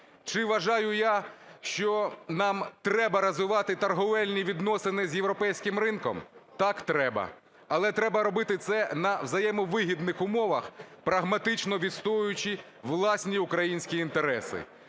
Чи вважаю я, що нам треба розвивати торговельні відносини з європейським ринком? Так, треба. Але треба робити це на взаємовигідних умовах, прагматично відстоюючи власні українські інтереси.